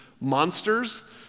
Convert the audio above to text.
monsters